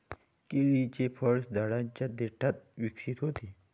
केळीचे फळ झाडाच्या देठात विकसित होते